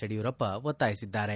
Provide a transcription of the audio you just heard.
ಯಡಿಯೂರಪ್ಪ ಒತ್ತಾಯಿಸಿದ್ದಾರೆ